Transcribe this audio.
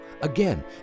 Again